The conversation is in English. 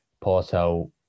Porto